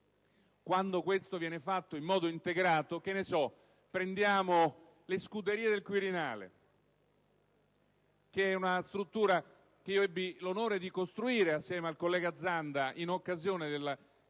quando questo viene fatto in modo integrato. Prendiamo le Scuderie del Quirinale, struttura che io ebbi l'onore di costruire, assieme al collega Zanda, in occasione del